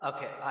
Okay